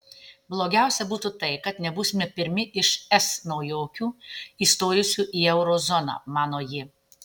blogiausia būtų tai kad nebūsime pirmi iš es naujokių įstojusių į euro zoną mano ji